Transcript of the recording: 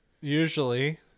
usually